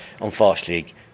unfortunately